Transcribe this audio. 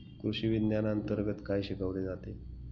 कृषीविज्ञानांतर्गत काय शिकवले जाते?